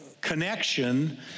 connection